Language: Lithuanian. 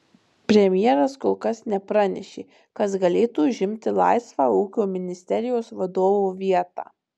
premjeras kol kas nepranešė kas galėtų užimti laisvą ūkio ministerijos vadovo vietą